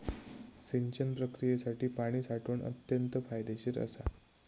सिंचन प्रक्रियेसाठी पाणी साठवण अत्यंत फायदेशीर असा